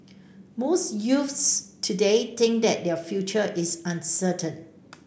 most youths today think that their future is uncertain